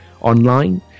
online